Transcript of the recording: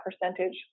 percentage